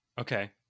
Okay